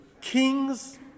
kings